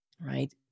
right